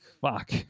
Fuck